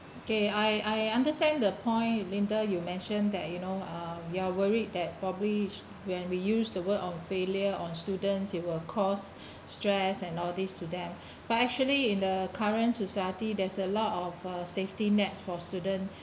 okay I I understand the point linda you mentioned that you know uh you're worried that probably when we use the word on failure on students it will cause stress and all these to them but actually in the current society there's a lot of uh safety net for student